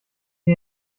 den